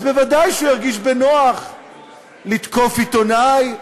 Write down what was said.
ודאי שהוא ירגיש בנוח לתקוף עיתונאי,